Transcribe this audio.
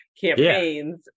campaigns